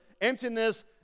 emptiness